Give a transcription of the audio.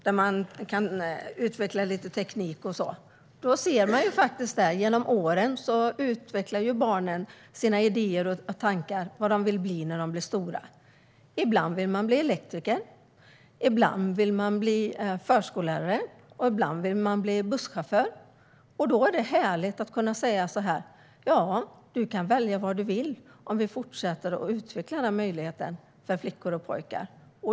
Där kan man upptäcka teknik och sådant, och genom åren har jag hört hur barnen har utvecklat sina idéer och tankar om vad de vill bli när de blir stora. Ibland vill de bli elektriker, ibland förskollärare och ibland busschaufför. Då är det härligt att kunna säga att de kan välja vad de vill om vi fortsätter att utveckla denna möjlighet för flickor och pojkar.